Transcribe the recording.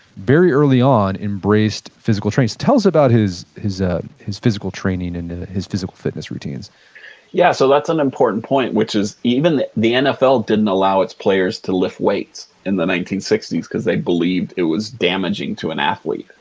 very early on, embraced physical training. tell us about his his ah physical training and his physical fitness routines yeah, so that's an important point, which is even the the nfl didn't allow its players to lift weights in the nineteen sixty s cause they believed it was damaging to an athlete.